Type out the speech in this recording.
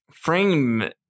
frame